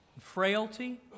Frailty